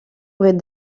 rez